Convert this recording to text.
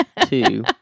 two